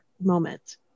moment